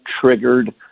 triggered